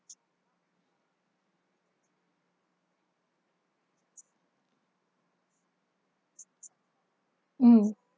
mm